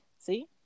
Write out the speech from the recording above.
see